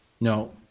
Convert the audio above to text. No